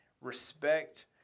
respect